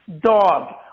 dog